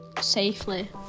safely